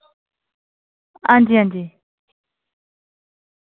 हां जी हां जी